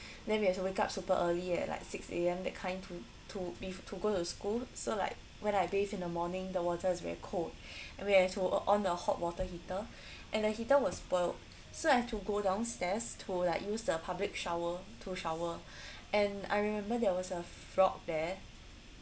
then we have to wake up super early uh like six A_M that kind to to leave to go to school so like when I bathe in the morning the water is very cold and we have to on the hot water heater and the heater was spoilt so I have to go downstairs to like use the public shower to shower and I remember there was a frog there